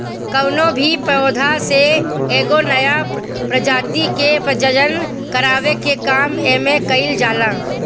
कवनो भी पौधा से एगो नया प्रजाति के प्रजनन करावे के काम एमे कईल जाला